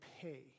pay